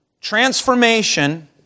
transformation